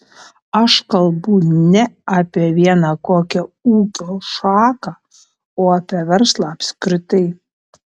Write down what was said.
aš kalbu ne apie vieną kokią ūkio šaką o apie verslą apskritai